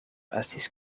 estis